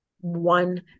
one